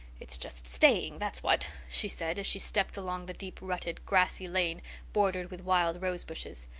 it's just staying, that's what, she said as she stepped along the deep-rutted, grassy lane bordered with wild rose bushes.